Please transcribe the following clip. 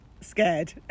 scared